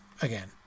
Again